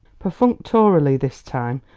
perfunctorily this time,